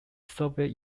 soviet